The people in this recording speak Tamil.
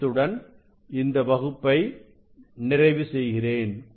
இத்துடன் இந்த வகுப்பை நிறைவு செய்கிறேன்